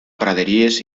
praderies